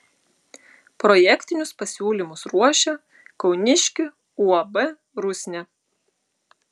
projektinius pasiūlymus ruošė kauniškių uab rusnė